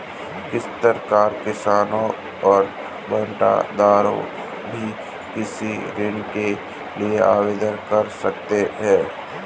काश्तकार किसान और बटाईदार भी कृषि ऋण के लिए आवेदन कर सकते हैं